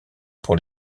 pour